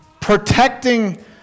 Protecting